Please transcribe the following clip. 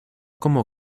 como